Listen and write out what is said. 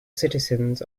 citizens